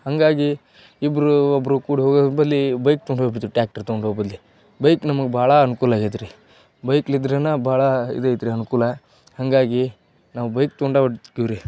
ಹಾಗಾಗಿ ಇಬ್ಬರು ಒಬ್ಬರು ಕೂಡಿ ಹೋಗೋದು ಬಲ್ಲಿ ಬೈಕ್ ತಗೊಂಡು ಹೋಗ್ಬೋದು ಟ್ಯಾಕ್ಟರ್ ತಗೊಂಡು ಹೋಗೋ ಬದ್ಲು ಬೈಕ್ ನಮುಗೆ ಭಾಳ ಅನ್ಕೂಲ ಆಗೈತ್ರಿ ಬೈಕ್ಲಿದ್ರೆ ಭಾಳ ಇದು ಐತ್ರಿ ಅನುಕೂಲ ಹಾಗಾಗಿ ನಾವು ಬೈಕ್ ತಗೊಂಡು ಹೋಕೀವ್ರಿ